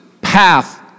path